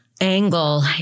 angle